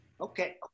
okay